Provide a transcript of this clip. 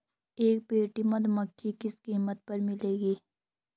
एक पेटी मधुमक्खी किस कीमत पर मिलेगी?